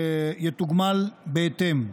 יתוגמל בהתאם.